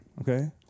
Okay